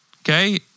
Okay